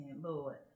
Lord